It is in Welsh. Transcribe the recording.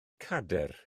cadair